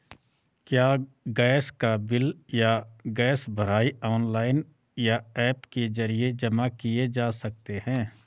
क्या गैस का बिल या गैस भराई ऑनलाइन या ऐप के जरिये जमा किये जा सकते हैं?